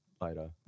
later